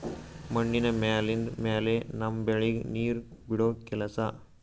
ಮಣ್ಣಿನ ಮ್ಯಾಲಿಂದ್ ಮ್ಯಾಲೆ ನಮ್ಮ್ ಬೆಳಿಗ್ ನೀರ್ ಬಿಡೋ ಕೆಲಸಾ